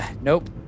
Nope